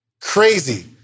Crazy